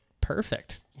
perfect